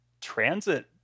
transit